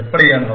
எப்படியென்றால்